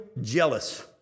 jealous